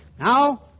Now